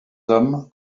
hommes